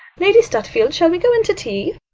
lady stutfield, shall we go in to tea?